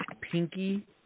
pinky